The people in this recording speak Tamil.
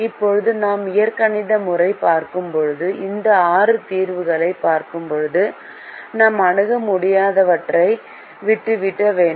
இப்போது நாம் இயற்கணித முறையைப் பார்க்கும் போது இந்த ஆறு தீர்வுகளைப் பார்க்கும்போது நாம் அணுக முடியாதவற்றை விட்டுவிட வேண்டும்